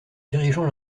dirigeant